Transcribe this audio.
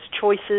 choices